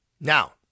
Now